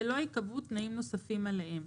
ולא ייקבעו תנאים נוספים עליהם.